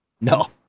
no